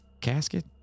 casket